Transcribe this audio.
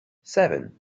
seven